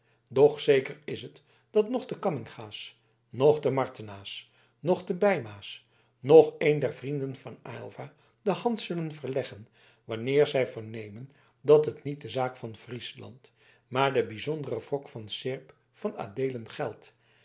doch zeker is het dat noch de camminga's noch de martena's noch de beyma's noch een der vrienden van aylva de hand zullen verleggen wanneer zij vernemen dat het niet de zaak van friesland maar den bijzonderen wrok van seerp van adeelen geldt